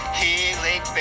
healing